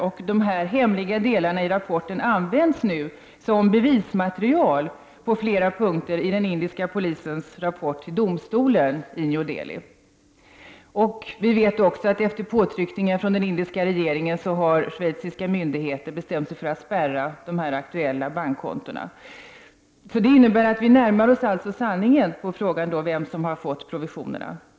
Rapportens hemliga delar används nu som bevismaterial på flera punkter i den indiska polisens rapport till domstolen i New Delhi. Efter påtryckningar från den indiska regeringen har schweiziska myndigheter bestämt sig för att spärra de aktuella bankkontona. Det innebär alltså att vi närmar oss sanningen om vem som har fått provisionerna.